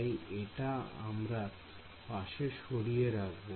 তাই এটা আমরা পাশে সরিয়ে রাখব